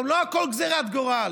לא הכול גזרת גורל.